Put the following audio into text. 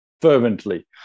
fervently